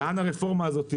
לאן הרפורמה הזאת תלך.